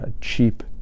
cheap